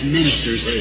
ministers